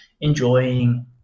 enjoying